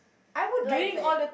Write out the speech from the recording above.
I would like that